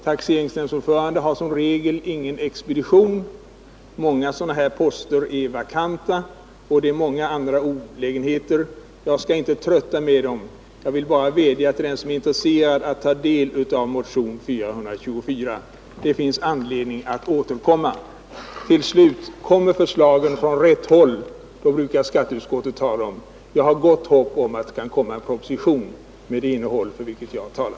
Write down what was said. Taxeringsnämndens ordförande har i regel ingen expedition, många ordförandeposter är vakanta, och det finns många andra olägenheter med nuvarande system. Jag skall inte trötta kammarens ledamöter med att räkna upp dem. Jag vill bara vädja till den som är intresserad att studera motionen 424. Det finns anledning att återkomma i denna fråga. Till slut: Kommer förslagen från rätt håll, brukar skatteutskottet tillstyrka dem. Jag har gott hopp om att det framöver kan komma en proposition med det förslag för vilket jag talat.